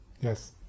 yes